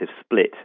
split